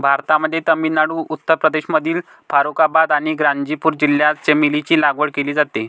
भारतामध्ये तामिळनाडू, उत्तर प्रदेशमधील फारुखाबाद आणि गाझीपूर जिल्ह्यात चमेलीची लागवड केली जाते